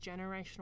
generational